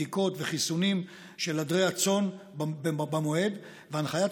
בדיקות וחיסונים של עדרי הצאן במועד ולהנחיית